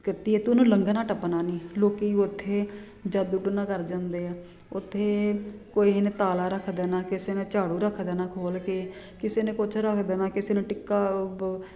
ਕੀਤੀ ਆ ਤਾਂ ਉਹਨੂੰ ਲੰਘਣਾ ਟੱਪਣਾ ਨਹੀਂ ਲੋਕ ਉੱਥੇ ਜਾਦੂ ਟੂਣਾ ਕਰ ਜਾਂਦੇ ਆ ਓਥੇੇ ਕੋਈ ਨੇ ਤਾਲਾ ਰੱਖ ਦੇਣਾ ਕਿਸੇ ਨੇ ਝਾੜੂ ਰੱਖ ਦੇਣਾ ਖੋਲ੍ਹ ਕੇ ਕਿਸੇ ਨੇ ਕੁਛ ਰੱਖ ਦੇਣਾ ਕਿਸੇੇ ਨੇ ਟਿੱਕਾ ਉਹ ਬ